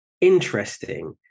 interesting